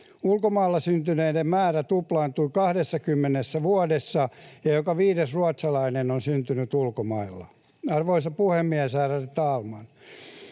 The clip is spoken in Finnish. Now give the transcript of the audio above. Ulkomailla syntyneiden määrä tuplaantui 20 vuodessa, ja joka viides ruotsalainen on syntynyt ulkomailla. Arvoisa puhemies! Ärade talman!